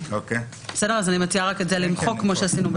כן.